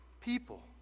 people